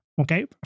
okay